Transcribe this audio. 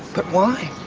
but why,